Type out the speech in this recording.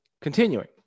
continuing